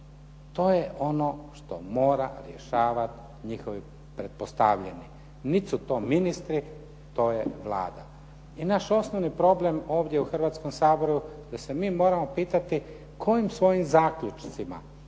To je ono što mora rješavati njihovi pretpostavljeni. Nit su to ministri. To je Vlada. I naš osnovni problem ovdje u Hrvatskom saboru da se mi moramo pitati kojim svojim zaključcima